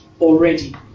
already